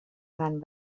gran